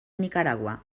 nicaragua